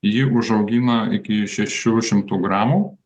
jį užaugina iki šešių šimtų gramų